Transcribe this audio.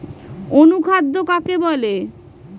অনুখাদ্য কাকে বলে?